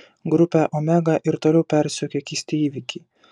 grupę omega ir toliau persekioja keisti įvykiai